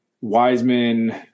Wiseman